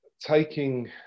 taking